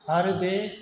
आरो बे